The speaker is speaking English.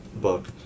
book